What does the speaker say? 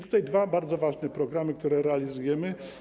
Tutaj są dwa bardzo ważne programy, które realizujemy.